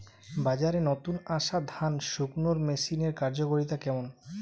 বাজারে নতুন আসা ধান শুকনোর মেশিনের কার্যকারিতা কেমন?